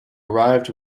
arrived